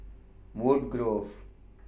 Woodgrove